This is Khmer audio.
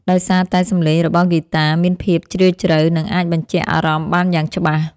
ដោយសារតែសំឡេងរបស់ហ្គីតាមានភាពជ្រាលជ្រៅ និងអាចបញ្ជាក់អារម្មណ៍បានយ៉ាងច្បាស់